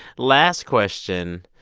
last question.